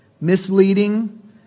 misleading